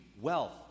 wealth